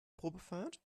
probefahrt